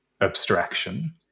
abstraction